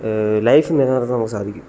life നിലനിർത്താൻ നമുക്ക് സാധിക്കും